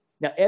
Now